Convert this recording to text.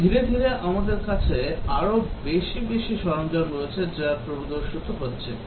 এবং ধীরে ধীরে আমাদের কাছে আরও বেশি বেশি সরঞ্জাম রয়েছে যা প্রদর্শিত হচ্ছে